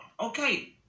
Okay